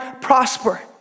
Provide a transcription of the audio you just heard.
prosper